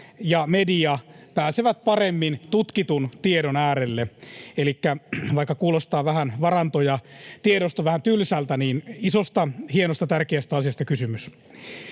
ja media pääsevät paremmin tutkitun tiedon äärelle. Elikkä vaikka ”varantoja tiedoista” kuulostaa vähän tylsältä, niin isosta, hienosta, tärkeästä asiasta on kysymys.